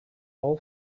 all